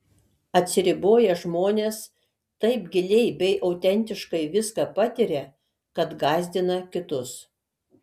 atsiriboję žmonės taip giliai bei autentiškai viską patiria kad gąsdina kitus